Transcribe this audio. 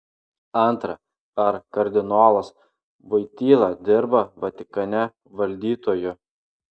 antra ar kardinolas voityla dirba vatikane valdytoju